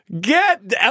Get